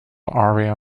area